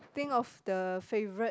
think of the favourite